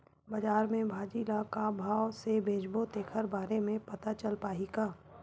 बजार में भाजी ल का भाव से बेचबो तेखर बारे में पता चल पाही का?